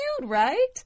right